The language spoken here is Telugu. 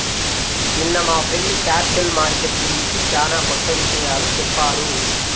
నిన్న మా ఫ్రెండు క్యాపిటల్ మార్కెట్ గురించి చానా కొత్త విషయాలు చెప్పాడు